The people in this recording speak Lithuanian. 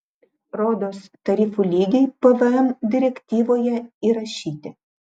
rodos tarifų lygiai pvm direktyvoje įrašyti